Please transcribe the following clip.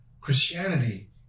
Christianity